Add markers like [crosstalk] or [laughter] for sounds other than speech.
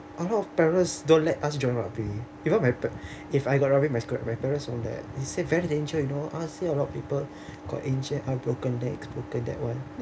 a lot of parents don't let us join rugby even my pare~ [breath] if I got rugby my parents don't let they said very danger you know last year a lot of people got injured broken legs broken that one